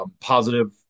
positive